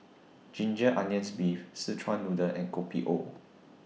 Ginger Onions Beef Szechuan Noodle and Kopi O